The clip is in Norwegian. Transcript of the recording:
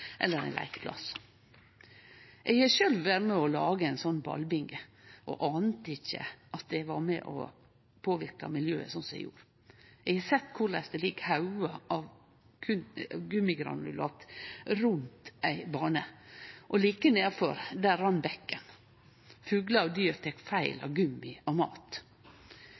leikeplass. Eg har sjølv vore med og laga ein sånn ballbinge og ante ikkje at eg var med på å påverke miljøet sånn som eg gjorde. Eg har sett korleis det ligg haugar av gummigranulat rundt ei bane, og like nedanfor rann bekken. Fuglar og dyr tek feil av gummi og mat.